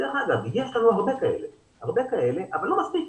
דרך אגב, יש לנו הרבה כאלה אבל לא מספיק.